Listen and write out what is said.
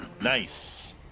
nice